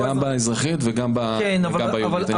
גם באזרחית וגם ביהודית.